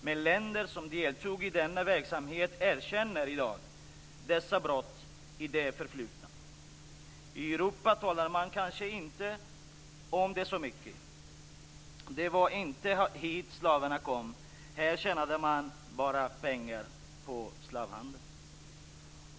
Men länder som deltog i denna verksamhet erkänner i dag dessa brott i det förflutna. I Europa talar man kanske inte så mycket om det. Det var inte hit slavarna kom. Här tjänade man bara pengar på slavhandeln.